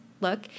look